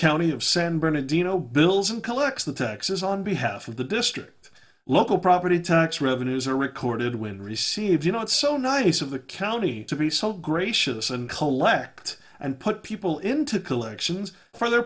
county of san bernardino bills and collects the taxes on behalf of the district local property tax revenues are recorded when received you know it's so nice of the county to be so gracious and collect and put people into collections for their